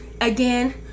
Again